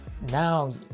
Now